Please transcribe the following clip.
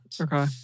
Okay